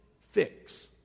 fix